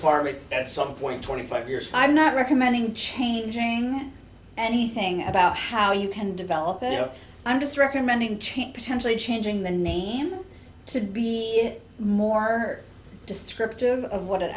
farm it at some point twenty five years i'm not recommending changing anything about how you can develop a no i'm just recommending change potentially changing the name to be more descriptive of what it